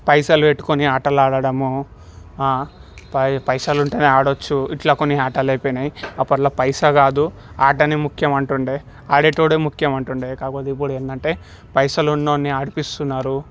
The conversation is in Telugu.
పైసలు పెట్టుకొని ఆటలాడటము పై పైసలు ఉంటేనే ఆడవచ్చు ఇట్లా కొన్ని ఆటలు అయిపోయాయి అప్పట్లో పైస కాదు ఆటనే ముఖ్యం అంటుండే ఆడేవాడే ముఖ్యం అంటుండే కాకపోతే ఇప్పుడు ఏంటంటే పైసలు ఉన్నోన్ని ఆడిపిస్తున్నారు